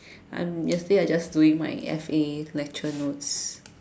I'm yesterday I was just doing F_A lecture notes